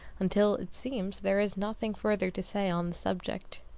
until, it seems, there is nothing further to say on the subject.